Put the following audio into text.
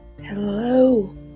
hello